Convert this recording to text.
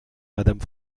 madame